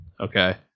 Okay